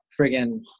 friggin